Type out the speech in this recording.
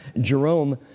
Jerome